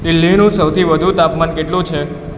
દિલ્હીનું સૌથી વધુ તાપમાન કેટલું છે